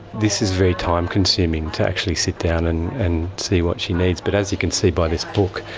this is very time-consuming, to actually sit down and and see what she needs. but as you can see by this book,